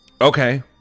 Okay